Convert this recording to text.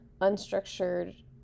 unstructured